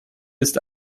ist